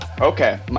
Okay